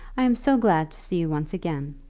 i am so glad to see you once again,